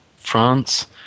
France